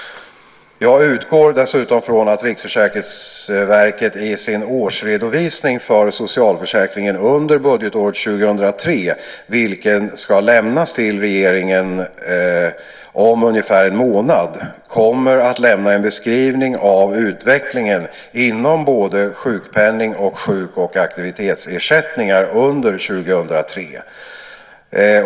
Jag utgår dessutom från att Riksförsäkringsverket i sin årsredovisning för socialförsäkringen för budgetåret 2003 - vilken ska lämnas till regeringen om ungefär en månad - kommer att lämna en beskrivning av utvecklingen inom både sjukpenning och sjuk och aktivitetsersättningar under 2003.